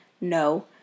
no